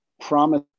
promise